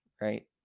right